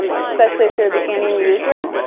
um especially if you're a beginning user.